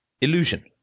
illusion